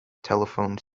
telephone